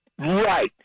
Right